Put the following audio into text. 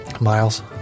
Miles